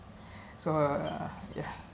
so ya